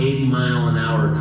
80-mile-an-hour